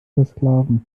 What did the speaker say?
versklaven